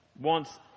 wants